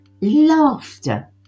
laughter